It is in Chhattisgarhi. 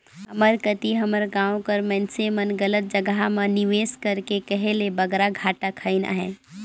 हमर कती हमर गाँव कर मइनसे मन गलत जगहा म निवेस करके कहे ले बगरा घाटा खइन अहें